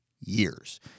years